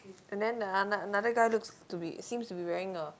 and then the anot~ another guy looks to be seems to be wearing a